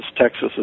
Texas